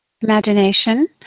imagination